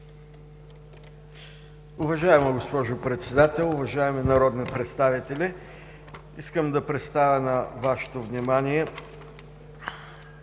Уважаема госпожо Председател, уважаеми народни представители! Искам да представя на Вашето внимание